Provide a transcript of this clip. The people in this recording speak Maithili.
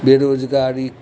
बेरोजगारी